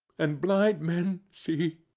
and blind men see.